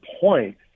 point